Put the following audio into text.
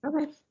Okay